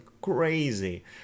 crazy